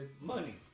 Money